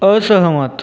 असहमत